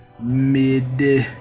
Midday